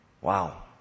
Wow